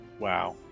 Wow